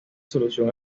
solución